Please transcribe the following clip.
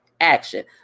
action